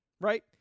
right